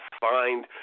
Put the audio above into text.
find